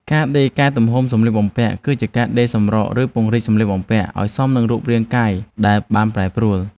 ការដេរកែទំហំសម្លៀកបំពាក់ គឺជាការដេរសម្រក ឬពង្រីកសម្លៀកបំពាក់ឱ្យសមនឹងរូបរាងកាយដែលបានប្រែប្រួល។